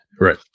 Right